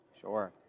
Sure